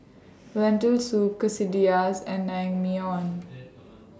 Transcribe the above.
Lentil Soup Quesadillas and Naengmyeon